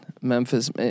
Memphis